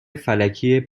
فلکی